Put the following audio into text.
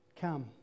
come